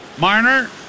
Marner